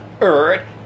earth